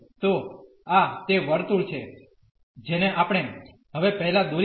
તો આ તે વર્તુળ છે જેને આપણે હવે પહેલા દોરી શકીએ